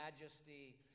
majesty